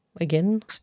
Again